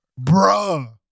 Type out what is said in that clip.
Bruh